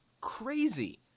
crazy